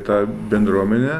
ta bendruomenė